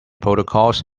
protocols